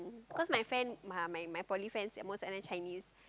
cause my friend uh my my poly friend at most of them Chinese